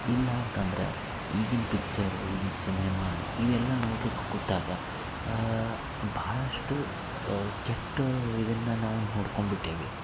ಇಲ್ಲ ಅಂತಂದ್ರೆ ಈಗಿನ ಪಿಚ್ಚರು ಈಗಿನ ಸಿನೆಮಾ ಇವೆಲ್ಲ ನೋಡ್ಲಿಕ್ಕೆ ಕೂತಾಗ ಭಾಳಷ್ಟು ಕೆಟ್ಟ ಇದನ್ನು ನಾವು ನೋಡ್ಕೊಂಡ್ಬಿಟ್ಟೇವಿ